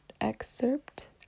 excerpt